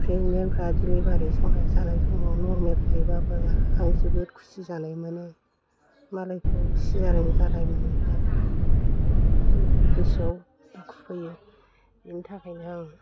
प्रेगनेन्तफ्रा delivery जानाय समाव normal हायोबाबो आं जोबोद खुसि जानाय मोनो मालायखौ सिजारिं जानाय नुयोबा गोसोयाव दुखु फैयो बिनि थाखायनो आं